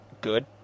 good